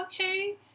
okay